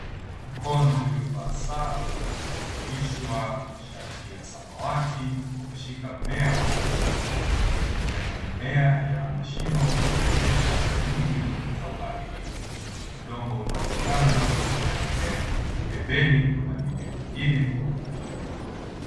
Mkono uliovaa saa na umevishwa shati ya samawati umeshika mmea wa mahindi. Majani ya mmea yana mashimo yakionyesha dalili za uharibifu. Udongo unaonekana nyuma ya mmea. Pembeni kuna mimea mingine ya mahindi.